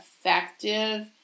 effective